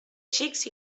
xics